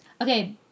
Okay